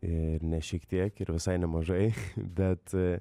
ir ne šiek tiek ir visai nemažai bet